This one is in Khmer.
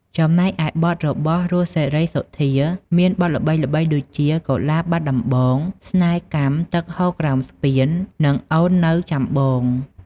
ចំណែកឯបទរបស់ រស់ សេរីសុទ្ធា មានបទល្បីៗដូចជា កុលាបបាត់ដំបង ស្នេហ៍កម្ម ទឹកហូរក្រោមស្ពាន និងអូននៅចាំបង។